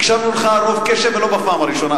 הקשבנו לך רוב קשב, ולא בפעם הראשונה.